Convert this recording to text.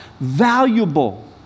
valuable